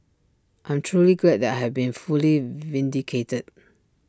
I'm truly glad that I have been fully vindicated